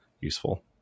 useful